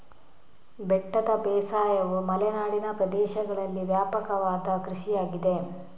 ಬೆಟ್ಟದ ಬೇಸಾಯವು ಮಲೆನಾಡಿನ ಪ್ರದೇಶಗಳಲ್ಲಿ ವ್ಯಾಪಕವಾದ ಕೃಷಿಯಾಗಿದೆ